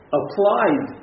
applied